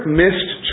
missed